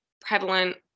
prevalent